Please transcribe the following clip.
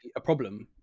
a problem,